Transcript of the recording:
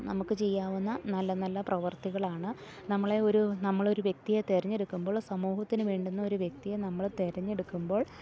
നമുക്ക് ചെയ്യാവുന്ന നല്ല നല്ല പ്രവർത്തികളാണ് നമ്മളെയൊരു നമ്മളൊരു വ്യക്തിയെ തെരഞ്ഞെടുക്കുമ്പോൾ സമൂഹത്തിന് വേണ്ടുന്ന ഒരു വ്യക്തിയെ നമ്മള് തെരഞ്ഞെടുക്കുമ്പോൾ